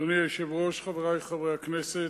אדוני היושב-ראש, חברי חברי הכנסת,